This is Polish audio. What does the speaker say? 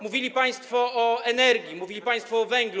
Mówili państwo o energii, mówili państwo o węglu.